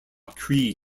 cree